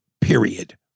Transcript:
Period